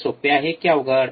हे सोपे आहे की अवघड